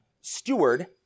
steward